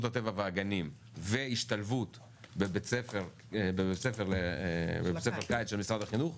הטבע והגנים והשתלבות בבית ספר קיץ של משרד החינוך,